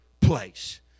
place